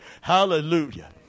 Hallelujah